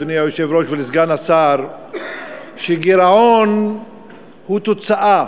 לאדוני היושב-ראש ולסגן השר שגירעון בתקציב הוא תוצאה,